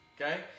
okay